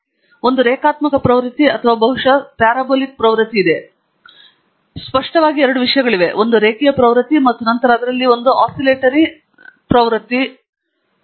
ಒಂದು ರೇಖಾತ್ಮಕ ಪ್ರವೃತ್ತಿ ಅಥವಾ ಬಹುಶಃ ಸ್ವಲ್ಪ ಪ್ಯಾರಾಬೋಲಿಕ್ ಪ್ರವೃತ್ತಿ ಇದೆ ನಮಗೆ ಗೊತ್ತಿಲ್ಲ ಆದರೆ ಸ್ಪಷ್ಟವಾಗಿ ಎರಡು ವಿಷಯಗಳಿವೆ ಒಂದು ರೇಖೀಯ ಪ್ರವೃತ್ತಿ ಮತ್ತು ನಂತರ ಅದರಲ್ಲಿ ಒಂದು ಆಸಿಲೇಟರಿ ಪ್ರಕೃತಿ ಇರುತ್ತದೆ